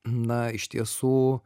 na iš tiesų